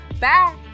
Bye